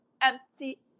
empty